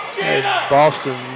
Boston